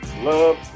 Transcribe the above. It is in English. Love